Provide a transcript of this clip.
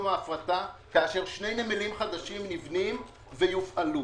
כאשר שני נמלים חדשים נבנים ויופעלו,